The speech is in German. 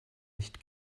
nicht